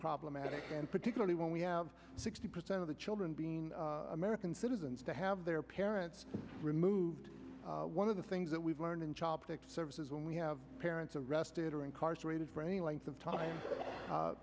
problematic and particularly when we have sixty percent of the children being american citizens to have their parents removed one of the things that we've learned in child protective services when we have parents arrested or incarcerated for any length of time